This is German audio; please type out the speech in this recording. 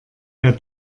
der